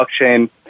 blockchain